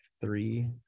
three